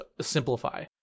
simplify